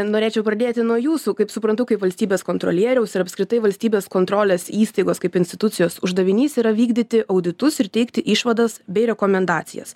norėčiau pradėti nuo jūsų kaip suprantu kaip valstybės kontrolieriaus ir apskritai valstybės kontrolės įstaigos kaip institucijos uždavinys yra vykdyti auditus ir teikti išvadas bei rekomendacijas